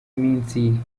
minsi